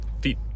feet